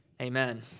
Amen